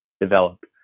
develop